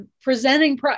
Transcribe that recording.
presenting